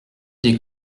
des